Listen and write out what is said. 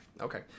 Okay